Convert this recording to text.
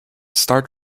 star